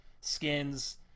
skins